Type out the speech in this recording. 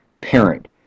parent